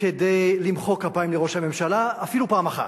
כדי למחוא כפיים לראש הממשלה אפילו פעם אחת,